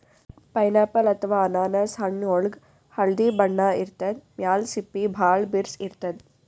pineapple ಅಥವಾ ಅನಾನಸ್ ಹಣ್ಣ್ ಒಳ್ಗ್ ಹಳ್ದಿ ಬಣ್ಣ ಇರ್ತದ್ ಮ್ಯಾಲ್ ಸಿಪ್ಪಿ ಭಾಳ್ ಬಿರ್ಸ್ ಇರ್ತದ್